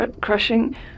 crushing